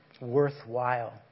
worthwhile